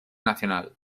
nacional